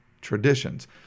traditions